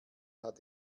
hat